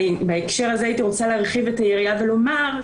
בהקשר הזה הייתי רוצה להרחיב את היריעה ולומר,